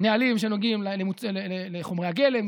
נהלים שנוגעים לחומרי הגלם,